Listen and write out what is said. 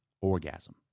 orgasm